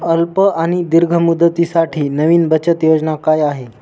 अल्प आणि दीर्घ मुदतीसाठी नवी बचत योजना काय आहे?